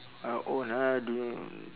uh own ah do you